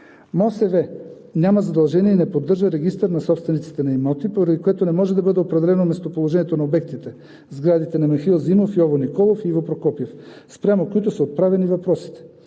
МОСВ няма задължение и не поддържа регистър на собствениците на имоти, поради което не може да бъде определено местоположението на обектите – сградите на Михаил Заимов, Йово Николов и Иво Прокопиев, спрямо които са отправени въпросите.